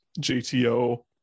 JTO